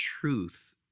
truth